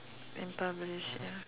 and publish ya